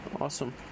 Awesome